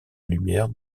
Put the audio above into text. lumière